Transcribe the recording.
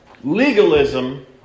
Legalism